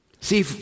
See